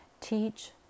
teach